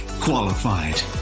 qualified